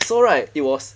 so right it was